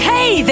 Hey